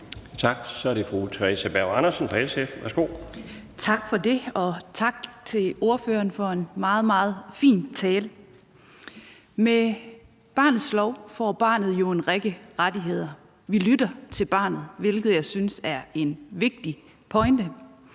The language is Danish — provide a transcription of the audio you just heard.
Kl. 12:15 Theresa Berg Andersen (SF): Tak for det, og tak til ordføreren for en meget, meget fin tale. Med barnets lov får barnet jo en række rettigheder. Vi lytter til barnet, hvilket jeg synes er en vigtig pointe.